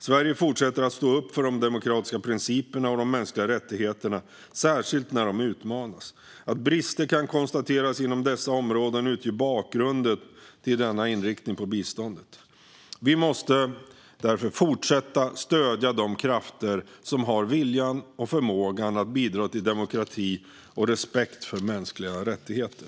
Sverige fortsätter att stå upp för de demokratiska principerna och de mänskliga rättigheterna, särskilt när de utmanas. Att brister kan konstateras inom dessa områden utgör bakgrunden till denna inriktning på biståndet. Vi måste fortsätta stödja de krafter som har viljan och förmågan att bidra till demokrati och respekt för mänskliga rättigheter.